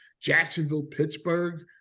Jacksonville-Pittsburgh